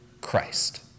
Christ